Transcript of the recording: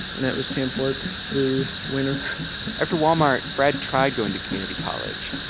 and that was temp work through winter after walmart, brad tried going to community college.